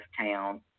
town